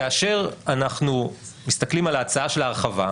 כאשר אנחנו מסתכלים על ההצעה של ההרחבה,